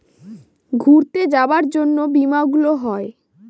ঘুরতে যাবার জন্য বীমা গুলো হয়